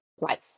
life